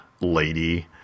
lady